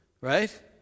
Right